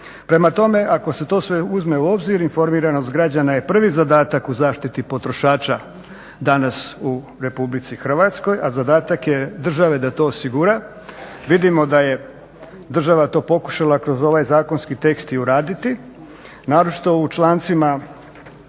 Prema tome, ako se to sve uzme u obzir, informiranost građana je prvi zadatak u zaštiti potrošača danas u Republici Hrvatskoj, a zadatak je države da to osigura. Vidimo da je država to pokušala kroz ovaj zakonski tekst i uraditi naročito u člancima